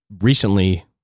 recently